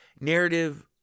narrative